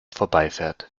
vorbeifährt